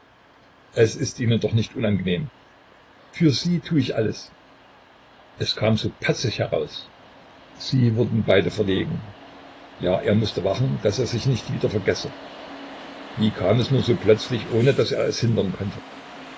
es ist ihnen doch nicht unangenehm für sie tu ich alles es kam so patzig heraus sie wurden beide verlegen ja er mußte wachen daß er sich nicht wieder vergesse wie kam es nur so plötzlich ohne daß er es hindern konnte